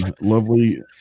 lovely